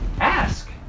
ask